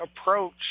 approach